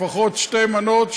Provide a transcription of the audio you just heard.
לפחות שתי מנות,